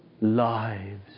Lives